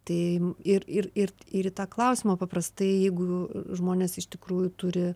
tai ir ir ir ir į tą klausimą paprastai jeigu žmonės iš tikrųjų turi